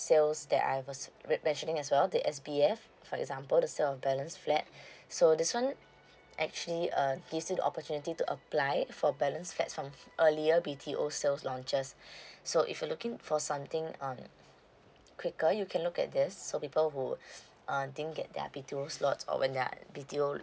sales that I was re mentioning as well the S_B_F for example the sale of balance flat so this one actually uh gives you the opportunity to apply for balance flats from earlier B_T_O sales launches so if you're looking for something uh quicker you can look at this so people who uh didn't get their B_T_O slot or when their B_T_O